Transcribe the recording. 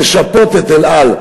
לשפות את "אל על"